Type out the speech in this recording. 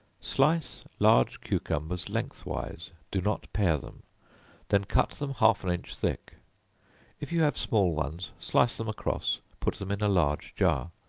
slice large cucumbers lengthwise do not pare them then cut them half an inch thick if you have small ones, slice them across, put them in a large jar,